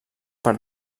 per